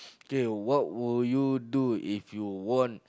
okay what will you do if you won